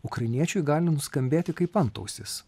ukrainiečiui gali nuskambėti kaip antausis